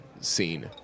scene